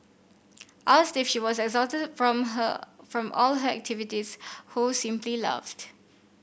asked if she was exhausted from her from all her activities Ho simply laughed